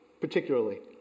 particularly